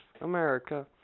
America